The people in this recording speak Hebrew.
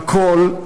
הכול,